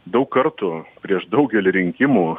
daug kartų prieš daugelį rinkimų